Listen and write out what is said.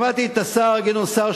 שמעתי את השר גדעון סער,